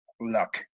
luck